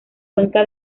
cuenca